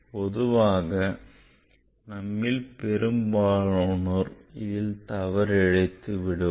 பொதுவாக நம்மில் பெரும்பாலோனோர் இதில் தவறு இழைத்து விடுவோம்